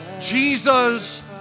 Jesus